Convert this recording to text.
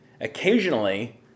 occasionally